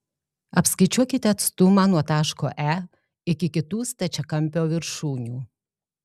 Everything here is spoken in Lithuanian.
apskaičiuokite atstumą nuo taško e iki kitų stačiakampio viršūnių